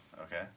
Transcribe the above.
okay